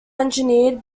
engineered